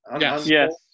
Yes